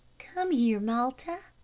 come here, malta.